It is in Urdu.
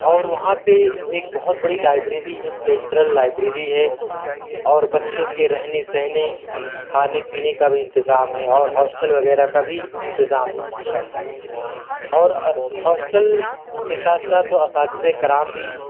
اور وہاں پہ ایک بہت بڑی لائبریری ہے سینٹرل لائبریری ہے اور بچوں کے رہنے سہنے کھانے پینے کا بھی انتظام ہے اور ہاسٹل وغیرہ کا بھی انتظام ہے ماشاء اللہ اور ہاسٹل کے ساتھ ساتھ اساتذہ کرام بھی